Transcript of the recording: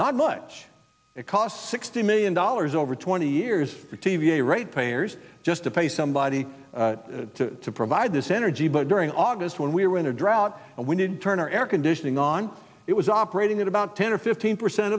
not much it costs sixty million dollars over twenty years for t v a right players just to pay somebody to provide this energy but during august when we're in a drought and we didn't turn our air conditioning on it was operating at about ten or fifteen percent